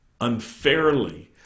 unfairly